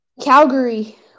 Calgary